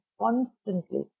constantly